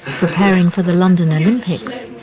preparing for the london olympics.